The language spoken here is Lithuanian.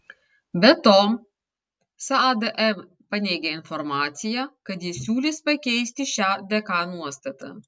be to sadm paneigė informaciją kad ji siūlys pakeisti šią dk nuostatą